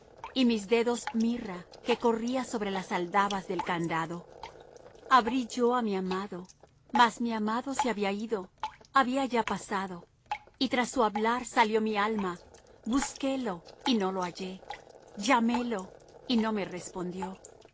y mis dedos mirra que corría sobre las aldabas del candado abrí yo á mi amado mas mi amado se había ido había ya pasado y tras su hablar salió mi alma busquélo y no lo hallé llamélo y no me respondió